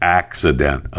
accident